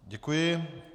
Děkuji.